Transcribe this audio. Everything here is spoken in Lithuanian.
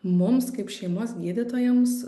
mums kaip šeimos gydytojams